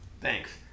Thanks